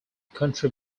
country